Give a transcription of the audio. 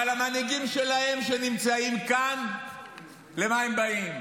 אבל המנהיגים שלהם שנמצאים כאן, למה הם באים?